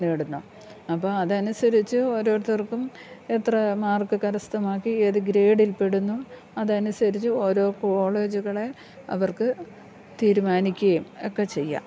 നേടുന്നു അപ്പം അത് അനുസരിച്ചു ഓരോരുത്തർക്കും എത്ര മാർക്ക് കരസ്ഥമാക്കി ഏത് ഗ്രേഡിൽപ്പെടുന്നു അത് അനുസരിച്ചു ഓരോ കോളേജുകളെ അവർക്ക് തീരുമാനിക്കുകയും ഒക്കെ ചെയ്യാം